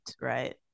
right